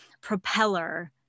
propeller